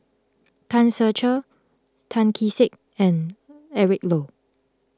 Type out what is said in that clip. Tan Ser Cher Tan Kee Sek and Eric Low